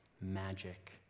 magic